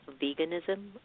veganism